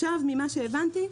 ממה שהבנתי עכשיו,